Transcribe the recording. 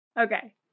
okay